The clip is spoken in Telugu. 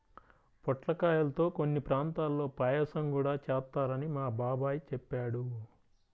పొట్లకాయల్తో కొన్ని ప్రాంతాల్లో పాయసం గూడా చేత్తారని మా బాబాయ్ చెప్పాడు